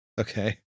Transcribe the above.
Okay